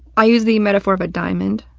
i use the metaphor of a diamond.